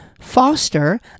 Foster